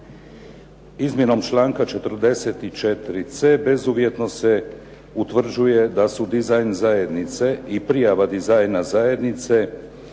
Izmjenom članka 44.c bezuvjetno se utvrđuje da su dizajn zajednice i prijava dizajna zajednice